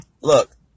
Look